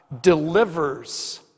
delivers